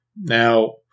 Now